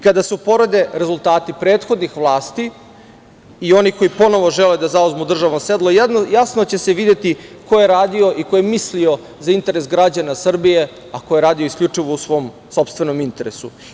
Kada se uporede rezultati prethodnih vlasti i onih koji ponovo žele da zauzmu državno sedlo, jasno će se videti ko je radio i ko je mislio za interes građana Srbije, a ko je radio isključivo u svom sopstvenom interesu.